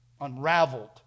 unraveled